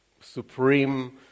supreme